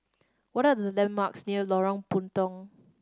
what are the landmarks near Lorong Puntong